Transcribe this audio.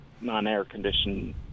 non-air-conditioned